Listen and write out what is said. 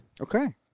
Okay